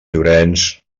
llorenç